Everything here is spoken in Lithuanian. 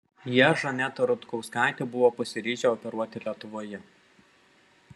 jie žanetą rutkauskaitę buvo pasiryžę operuoti lietuvoje